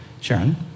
Sharon